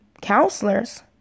counselors